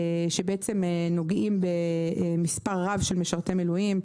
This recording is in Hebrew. זה נוגע במספר רב של משרתי מילואים,